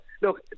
look